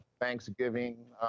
Thanksgiving